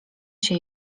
się